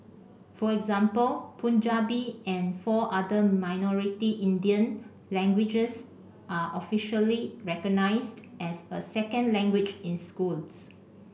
for example Punjabi and four other minority Indian languages are officially recognised as a second language in schools